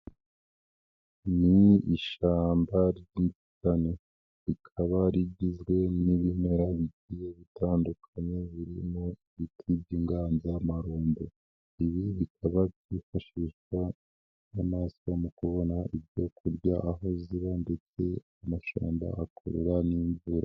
Ni ishyamba ry'inzitane, rikaba rigizwe n'ibimera bigiye bitandukanye, birimo ibiti by'inganzamarumbo, ibi bikaba byifashishwa n'inyamaswa mu kubona ibyo kurya, aho ziba ndetse amashamba akurura n'imvura.